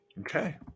okay